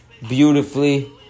beautifully